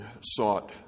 sought